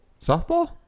softball